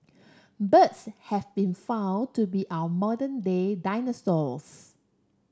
birds have been found to be our modern day dinosaurs